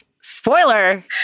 Spoiler